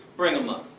bring em up!